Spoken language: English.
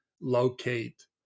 locate